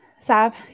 Sav